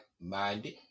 minded